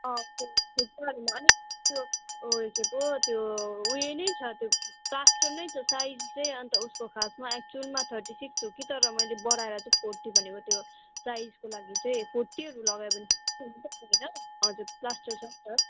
खुट्टाहरूमा अलिक त्यो उयो के पो त्यो उयो नै छ त्यो प्लासटर नै छ साइज चै अन्त उसको खासमा एक्चुयलमा थर्टी सिक्स हो कि तर मैले बडाएर फोर्टी भनेको त्यो साइजको लागि चाहिँ फोर्टीहरू लगायो भने चाहिँ हजुर प्लासटर छ नि त